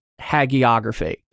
hagiography